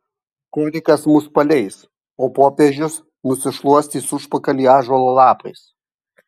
korikas mus paleis o popiežius nusišluostys užpakalį ąžuolo lapais